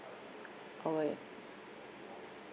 or a